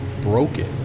broken